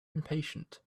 impatient